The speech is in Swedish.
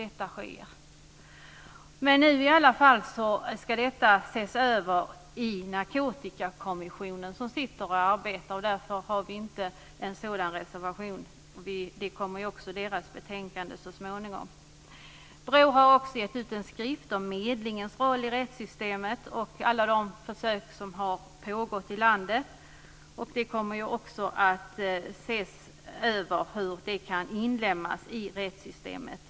Nu ska det i alla fall ses över i Narkotikakommissionen, som arbetar. Därför har vi ingen sådan reservation. Dess betänkande kommer så småningom. BRÅ har också gett ut en skrift om medlingens roll i rättssystemet och alla de försök som har pågått i landet. Det kommer också att undersökas hur det kan inlemmas i rättssystemet.